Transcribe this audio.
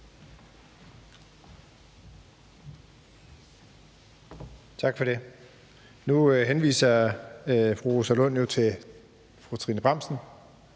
Tak for det. Nu henviser fru Rosa Lund jo til fru Trine Bramsen